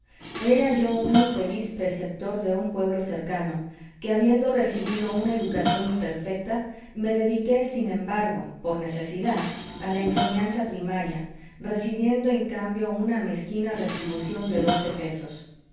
era yo un infeliz preceptor de un pueblo cercano que habiendo recibido una educación imperfecta me dediqué sin embargo por necesidad a la enseñanza primaria recibiendo en cambio una mezquina retribución de doce pesos